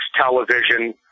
Television